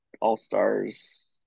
all-stars